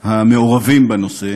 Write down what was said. המעורבים בנושא,